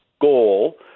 goal